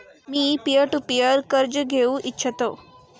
me peer to peer कर्ज घेऊ इच्छितो